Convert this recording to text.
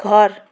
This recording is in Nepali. घर